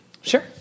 Sure